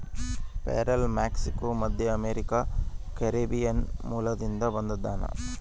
ಪೇರಲ ಮೆಕ್ಸಿಕೋ, ಮಧ್ಯಅಮೇರಿಕಾ, ಕೆರೀಬಿಯನ್ ಮೂಲದಿಂದ ಬಂದದನಾ